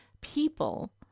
people